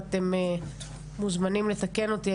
אתם מוזמנים לתקן אותי.